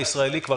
די.